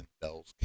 Bell's